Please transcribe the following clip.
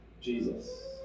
Jesus